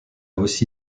aussi